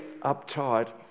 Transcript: uptight